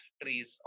trees